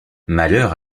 malheur